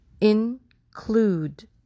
include